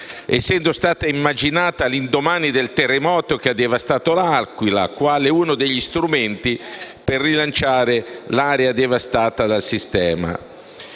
essendo stata immaginata all'indomani del terremoto che ha devastato l'Aquila quale uno degli strumenti per rilanciare l'area devastata dal sisma.